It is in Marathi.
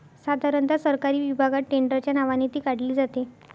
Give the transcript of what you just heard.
साधारणता सरकारी विभागात टेंडरच्या नावाने ती काढली जाते